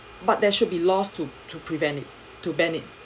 but there should be lost to to prevent it to ban it